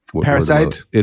parasite